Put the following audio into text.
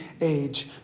age